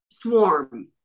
swarm